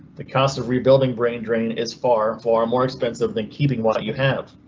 the cost of rebuilding brain drain is far, far more expensive than keeping while you have.